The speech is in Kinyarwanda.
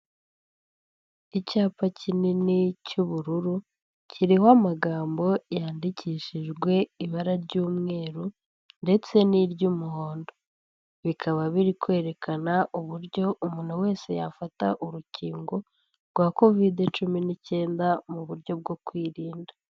Icyapa kinini cy'ubururu, kiriho amagambo yandikishijwe ibara ry'umweru ndetse n'iry'umuhondo, bikaba biri kwerekana uburyo umuntu wese yafata urukingo rwa Kovide cumi n'icyenda mu buryo bwo kwirinda.